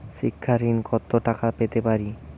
শিক্ষা ঋণ কত টাকা পেতে পারি?